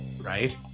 right